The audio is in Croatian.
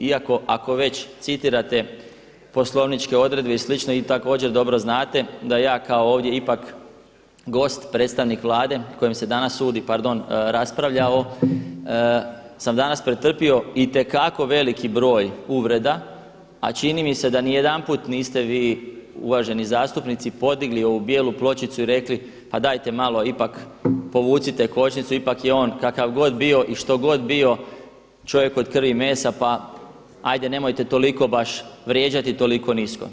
Iako ako već citirate poslovničke odredbe i slično vi također dobro znate da ja kao ovdje ipak gost predstavnik Vlade kojem se danas sudi, pardon raspravlja, sam danas pretrpio itekako veliki broj uvreda, a čini mi se da nijedanput niste vi uvaženi zastupnici podigli ovu bijelu pločicu pa rekli pa dajte malo ipak povucite kočnicu ipak je on kakav god bio i što god bio čovjek od krvi i mesa pa ajde nemojte toliko baš vrijeđati toliko nisko.